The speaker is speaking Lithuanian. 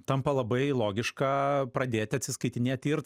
tampa labai logiška pradėti atsiskaitinėti ir